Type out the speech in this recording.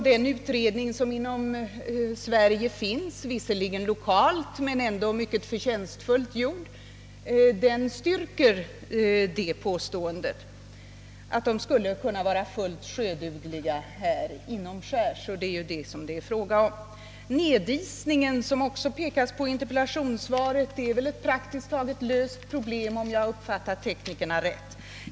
Den utredning som har gjorts inom Sverige — den är visserligen lokal men ändå mycket förtjänstfull — styrker också påståendet att svävarna skulle kunna vara fullt sjödugliga inomskärs, och det är detta frågan gäller. Nedisningen, som statsrådet också pekar på i interpellationssvaret, är väl praktiskt taget ett löst problem, om jag har uppfattat teknikerna rätt.